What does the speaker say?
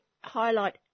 highlight